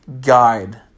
guide